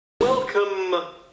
welcome